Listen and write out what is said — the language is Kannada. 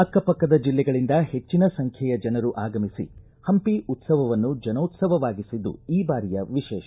ಅಕ್ಕ ಪಕ್ಕದ ಜಿಲ್ಲೆಗಳಿಂದ ಹೆಚ್ಚಿನ ಸಂಖ್ಯೆಯ ಜನರು ಆಗಮಿಸಿ ಹಂಪಿ ಉತ್ಸವವನ್ನು ಜನೋತ್ಸವವಾಗಿಸಿದ್ದು ಈ ಬಾರಿಯ ವಿಶೇಷ